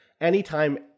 anytime